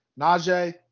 Najee